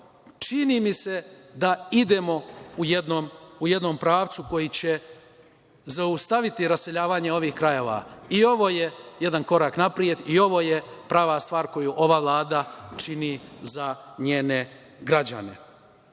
Čini mi se da idemo u jednom pravcu koji će zaustaviti raseljavanje ovih krajeva. I ovo je jedan korak napred i ovo je prava stvar koju ova Vlada čini za njene građane.U